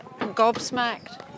gobsmacked